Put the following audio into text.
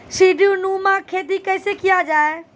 सीडीनुमा खेती कैसे किया जाय?